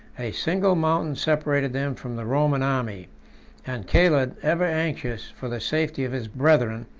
a single mountain separated them from the roman army and caled, ever anxious for the safety of his brethren,